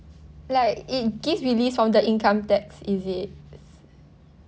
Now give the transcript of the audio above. like it gives release from the income tax is it